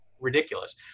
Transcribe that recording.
ridiculous